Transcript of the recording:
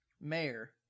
mayor